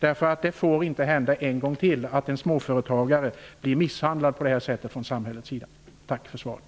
Det får nämligen inte hända en gång till att en småföretagare blir misshandlad av samhället på det här sättet.